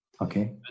Okay